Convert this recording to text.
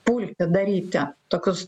pulti daryti tokius